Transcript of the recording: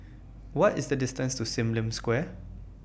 What IS The distance to SIM Lim Square